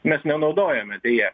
mes nenaudojame deja